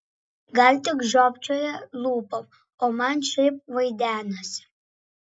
gal tik žiopčioja lūpom o man šiaip vaidenasi